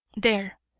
there,